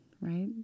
right